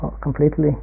completely